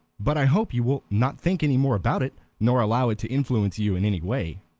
but i hope you will not think any more about it, nor allow it to influence you in any way.